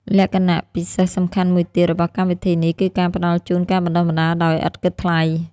លក្ខណៈពិសេសសំខាន់មួយទៀតរបស់កម្មវិធីនេះ គឺការផ្តល់ជូនការបណ្តុះបណ្តាល ដោយឥតគិតថ្លៃ។